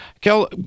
Kel